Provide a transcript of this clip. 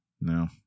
No